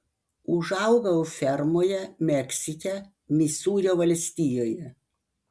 užaugau fermoje meksike misūrio valstijoje